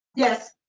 yes,